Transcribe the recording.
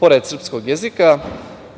pored srpskog jezika,